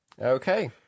Okay